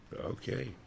Okay